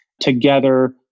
together